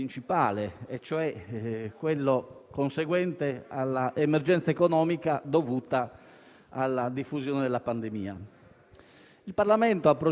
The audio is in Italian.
o, meglio, non si può far finta di aver dimenticato i rilievi che sono stati immediatamente portati alla nostra attenzione dal Quirinale.